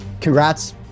congrats